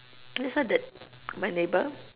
that's why that my neighbour